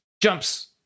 jumps